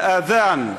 אל-אד'אן,